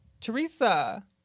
Teresa